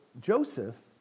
Joseph